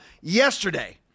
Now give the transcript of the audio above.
yesterday